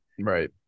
Right